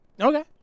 Okay